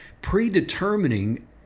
Predetermining